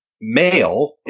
male